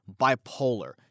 bipolar